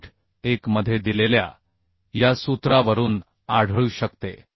1 मध्ये दिलेल्या या सूत्रावरून आढळू शकते